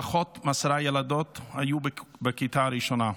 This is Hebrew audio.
פחות מעשר ילדות היו בכיתה הראשונה,